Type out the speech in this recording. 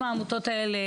אם העמותות האלה,